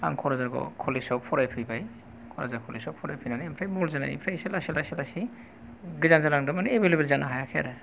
आं क'क्राझार ग'भ कलेज आव फरायफैबाय क'क्राझार कलेज आव फरायफैनानै ओमफ्राय बल जोनायनिफ्राय एसे लासै लासै लासै गोजान जालांदों माने एभैलएबोल जानो हायाखै आरो